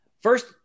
First